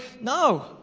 No